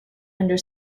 under